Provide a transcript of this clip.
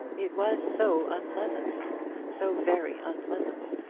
it was so unpleasant so very unpleasant!